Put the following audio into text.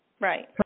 right